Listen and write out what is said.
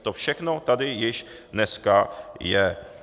To všechno tady již dneska je.